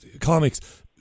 comics